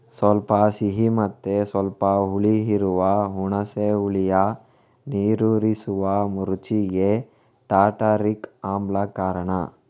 ಸ್ವಲ್ಪ ಸಿಹಿ ಮತ್ತೆ ಸ್ವಲ್ಪ ಹುಳಿ ಇರುವ ಹುಣಸೆ ಹುಳಿಯ ನೀರೂರಿಸುವ ರುಚಿಗೆ ಟಾರ್ಟಾರಿಕ್ ಆಮ್ಲ ಕಾರಣ